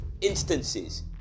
instances